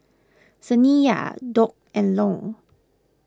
Saniya Doc and Long